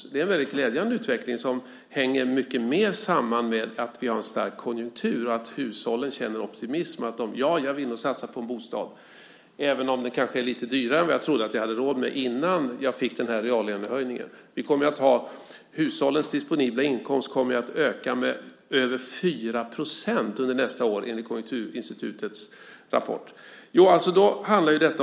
Det är en väldigt glädjande utveckling som hänger mycket mer samman med att vi har en stark konjunktur och att hushållen känner optimism: Ja, jag vill nog satsa på en bostad även om den kanske är lite dyrare än vad jag trodde att jag hade råd med innan jag fick denna reallönehöjning. Hushållens disponibla inkomst kommer ju att öka med över 4 % nästa år, enligt Konjunkturinstitutets rapport.